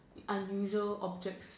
unusual objects